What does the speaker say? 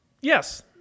Yes